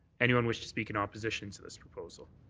anyone wish to speak in opposition to this proposal?